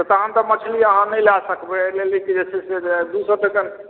तहन तऽ मछली अहाँ नहि लए सकबै एहिलेल कि जे छै से दू सए टके